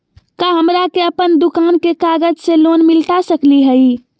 का हमरा के अपन दुकान के कागज से लोन मिलता सकली हई?